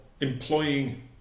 employing